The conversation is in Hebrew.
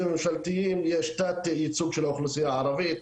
הממשלתיים יש תת-ייצוג של החברה הערבית.